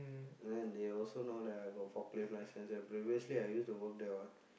and then they also know that I got forklift license and previously I used to work there what